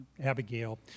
Abigail